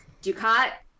Ducat